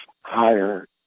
higher